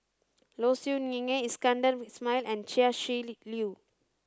Low Siew Nghee Iskandar Ismail and Chia Shi Lu